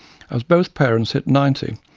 as both parents hit ninety,